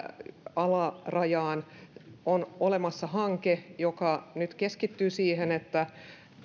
alarajaan on olemassa hanke joka keskittyy siihen että